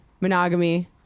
monogamy